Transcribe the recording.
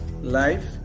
Life